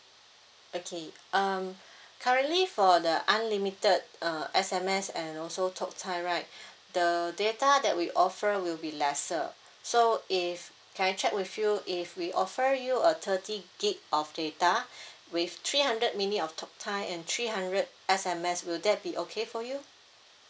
okay um currently for the unlimited uh S_M_S and also talk time right the data that we offer will be lesser so if can I check with you if we offer you a thirty gig of data with three hundred minutes of talk time and three hundred S_M_S will that be okay for you